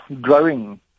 growing